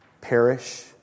perish